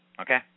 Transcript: Okay